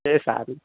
એ સારું